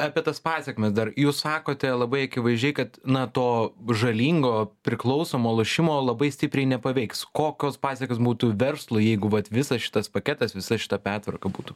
apie tas pasekmes dar jūs sakote labai akivaizdžiai kad na to žalingo priklausomo lošimo labai stipriai nepaveiks kokios pasekmės būtų verslui jeigu vat visas šitas paketas visa šita pertvarka būtų